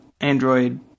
Android